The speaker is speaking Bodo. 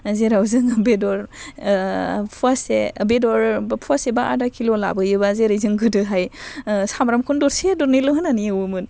जेराव जों बेदर फवासे बेदर फवासे बा आदा किल' लाबोयोबा जेरै जों गोदोहाय ओह सामब्रामखौनो दरसे दरनैल' होनानै एवोमोन